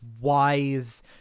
wise